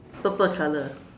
purple colour